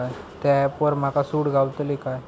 त्या ऍपवर आमका सूट गावतली काय?